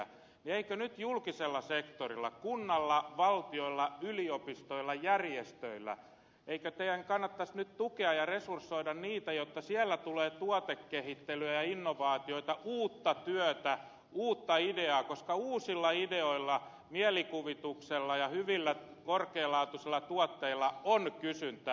eikö teidän nyt julkisella sektorilla kunnilla valtiolla yliopistoissa järjestöissä kannattaisi tukea ja resursoida niitä jotka siellä tekevät tuotekehittelyä ja innovaatioita uutta työtä uutta ideaa koska uusilla ideoilla mielikuvituksella ja hyvillä korkealaatuisilla tuotteilla on kysyntää